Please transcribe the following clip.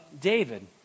David